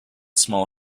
small